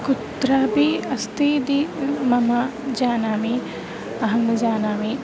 कुत्रापि अस्ति इति मम जानामि अहं न जानामि